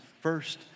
first